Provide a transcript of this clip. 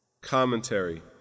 Commentary